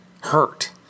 hurt